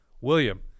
William